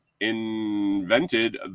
invented